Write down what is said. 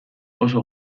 oso